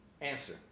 answer